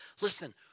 Listen